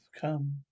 Come